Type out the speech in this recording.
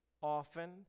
often